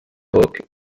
book